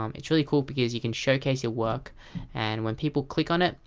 um it's really cool because you can showcase your work and when people click on it,